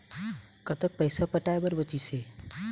कतक पैसा पटाए बर बचीस हे?